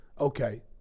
okay